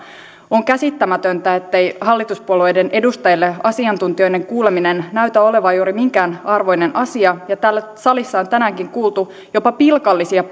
on käsittämätöntä ettei hallituspuolueiden edustajille asiantuntijoiden kuuleminen näytä olevan juuri minkään arvoinen asia ja täällä salissa on tänäänkin kuultu jopa pilkallisia